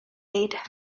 ada